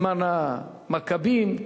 בזמן המכבים,